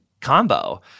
combo